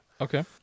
Okay